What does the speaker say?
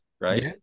right